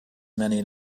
many